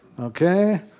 okay